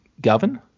govern